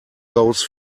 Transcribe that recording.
goes